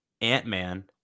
Ant-Man